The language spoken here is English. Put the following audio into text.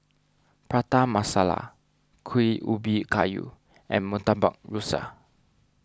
Prata Masala Kuih Ubi Kayu and Murtabak Rusa